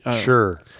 sure